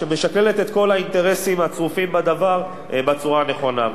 שמשקללת את כל האינטרסים הצרופים בדבר בצורה הנכונה,